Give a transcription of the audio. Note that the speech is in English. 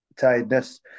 tiredness